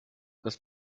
das